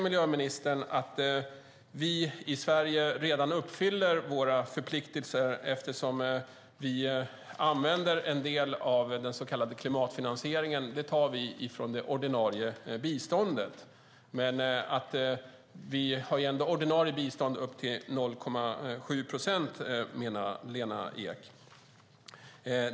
Miljöministern säger att vi i Sverige redan uppfyller våra förpliktelser eftersom vi tar en del av klimatfinansieringen från det ordinarie biståndet. Vi har ändå ordinarie bistånd upp till 0,7 procent, menar Lena Ek.